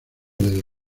del